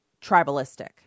tribalistic